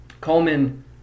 Coleman